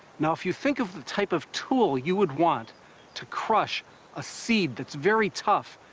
now, if you think of the type of tool you would want to crush a seed that's very tough,